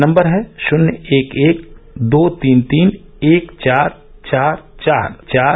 number है शन्य एक एक दो तीन तीन एक चार चार चार